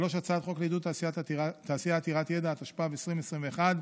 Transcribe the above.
הצעת חוק לעידוד תעשייה עתירת ידע, התשפ"ב 2021,